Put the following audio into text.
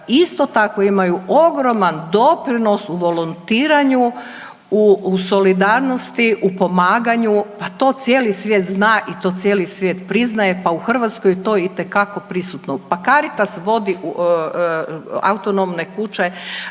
isto tako imaju ogroman doprinos u volontiranju, u solidarnosti, u pomaganju, pa to cijeli svijet zna i to cijeli svijet priznaje, pa u Hrvatskoj je to itekako prisutno. Pa Caritas vodi autonomne kuće